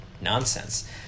nonsense